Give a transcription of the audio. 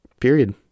period